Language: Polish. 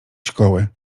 szkoły